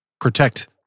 protect